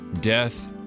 death